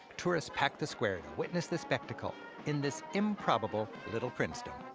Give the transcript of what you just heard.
tourists pack the square to witness the spectacle in this improbable little princedom.